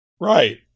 Right